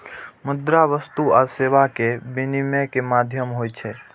मुद्रा वस्तु आ सेवा के विनिमय के माध्यम होइ छै